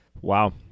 Wow